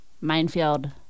Minefield